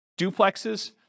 duplexes